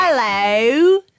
Hello